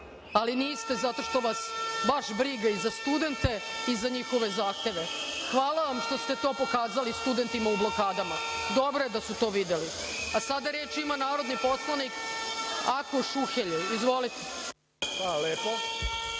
Niste, zato što vas baš briga i za studente i za njihove zahteve. Hvala vam što ste to pokazali studentima u blokadama, dobro je da su to videli. Reč ima narodni poslanik Akoš Ujhelji. **Akoš